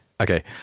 Okay